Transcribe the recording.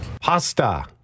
Pasta